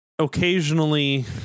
occasionally